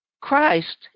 Christ